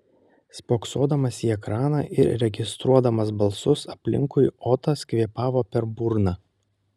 spoksodamas į ekraną ir registruodamas balsus aplinkui otas kvėpavo per burną